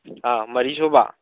ꯃꯔꯤꯁꯨꯕ